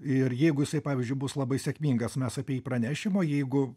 ir jeigu jisai pavyzdžiui bus labai sėkmingas mes apie jį pranešim o jeigu